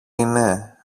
είναι